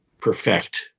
perfect